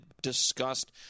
discussed